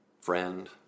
friend